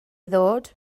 ddod